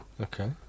Okay